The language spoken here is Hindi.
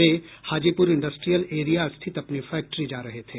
वे हाजीपुर इंडस्ट्रियल एरिया स्थित अपनी फैक्ट्री जा रहे थे